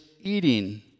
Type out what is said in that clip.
eating